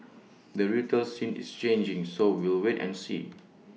the retail scene is changing so we'll wait and see